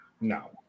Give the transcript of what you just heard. No